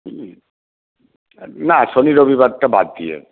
হ্যাঁ না শনি রবিবারটা বাদ দিয়ে